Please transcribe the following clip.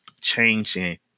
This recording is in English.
changing